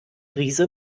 riese